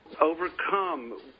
overcome